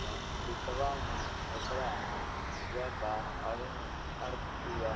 संस्कृतवा में एकरा जपा, अरुण, अर्कप्रिया,